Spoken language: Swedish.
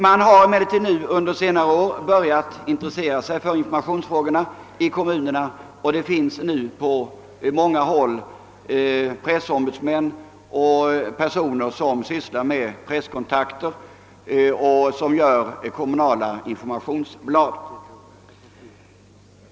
Man har emellertid i kommunerna under senare år börjat intressera sig för informationsfrågorna och det finns på många håll pressombudsmän och personer som sysslar med presskontakter och gör kommunala informationsblad.